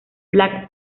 black